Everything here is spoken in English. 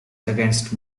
against